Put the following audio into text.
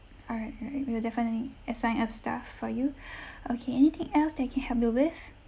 all right all right we will definitely assign a staff for you okay anything else that I can help you with